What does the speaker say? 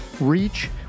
reach